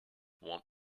want